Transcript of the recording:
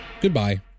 goodbye